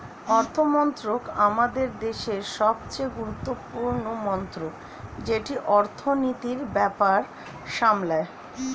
অর্থমন্ত্রক আমাদের দেশের সবচেয়ে গুরুত্বপূর্ণ মন্ত্রক যেটি অর্থনীতির ব্যাপার সামলায়